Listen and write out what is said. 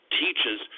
teaches